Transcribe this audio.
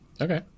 okay